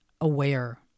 aware